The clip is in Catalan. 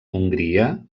hongria